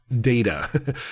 data